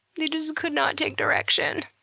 they just could not take direction.